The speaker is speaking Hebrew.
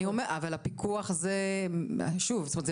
אבל הפיקוח זה שוב - זאת אומרת,